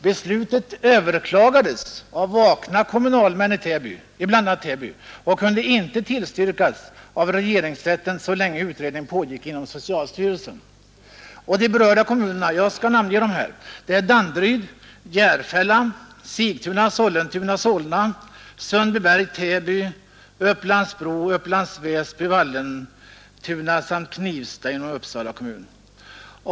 Beslutet överklagades av vakna kommunalmän i bl.a. Täby och kunde inte tillstyrkas av regeringsrätten så länge utredning pågick inom socialstyrelsen. De berörda kommunerna var Danderyd, Järfälla, Sigtuna, Sollentuna, Solna, Sundbyberg, Täby, Upplands Bro och Upplands Väsby, Vallentuna samt Knivsta inom Uppsala län.